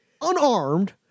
unarmed